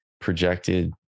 projected